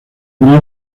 gran